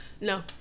No